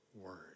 word